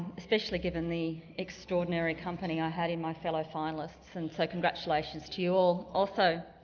especially given the extraordinary company i had in my fellow finalists and so congratulations to you all also.